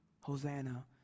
Hosanna